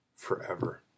Forever